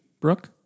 Brooke